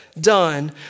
done